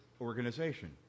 organization